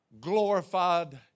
glorified